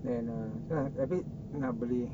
then uh entah tapi nak beli